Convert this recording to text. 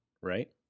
right